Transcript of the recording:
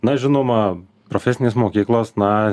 na žinoma profesinės mokyklos na